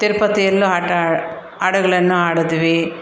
ತಿರುಪತಿಯಲ್ಲೂ ಆಟ ಹಾಡುಗಳನ್ನು ಹಾಡಿದ್ವಿ